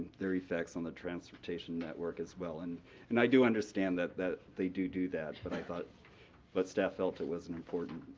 their effects on the transportation network, as well. and and i do understand that that they do do that, but i thought but staff felt it was an important